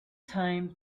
time